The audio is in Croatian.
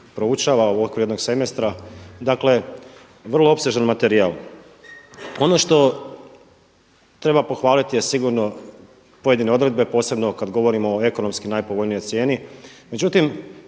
proučava u okviru jednog semestra. Dakle vrlo opsežan materijal. Ono što treba pohvaliti je sigurno pojedine odredbe posebno kada govorimo o ekonomski najpovoljnijoj cijeni. Međutim,